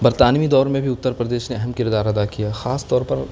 برطانوی دور میں بھی اتر پردیش نے اہم کردار ادا کیا خاص طور پر